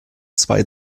zwei